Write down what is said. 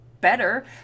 better